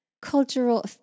cultural